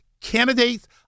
candidates